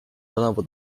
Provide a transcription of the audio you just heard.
tänavu